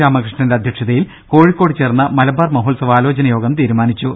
രാമകൃഷ്ണന്റെ അധ്യക്ഷതയിൽ കോഴിക്കോട് ചേർന്ന മലബാർ മഹോത്സവ ആലോചന യോഗം തീരുമാനിച്ചു